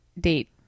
date